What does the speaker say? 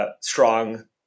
Strong